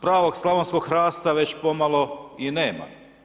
Pravog slavonskog hrasta već pomalo i nema.